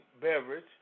beverage